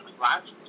last